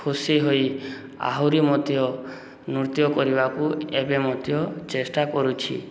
ଖୁସି ହୋଇ ଆହୁରି ମଧ୍ୟ ନୃତ୍ୟ କରିବାକୁ ଏବେ ମଧ୍ୟ ଚେଷ୍ଟା କରୁଛି